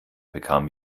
bekam